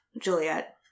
Juliet